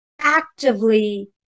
actively